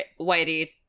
Whitey